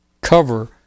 cover